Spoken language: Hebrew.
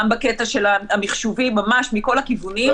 גם בקטע המחשובי ממש מכל הכיוונים.